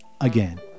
Again